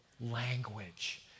language